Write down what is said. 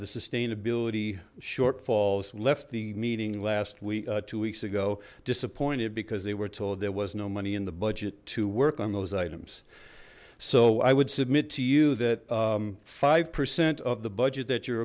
the sustainability shortfalls left the meeting last week two weeks ago disappointed because they were told there was no money in the budget to work on those items so i would submit to you that five percent of the budget that you're